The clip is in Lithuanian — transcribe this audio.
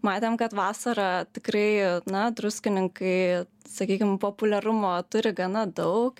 matėm kad vasarą tikrai na druskininkai sakykim populiarumo turi gana daug